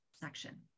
section